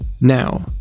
Now